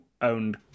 owned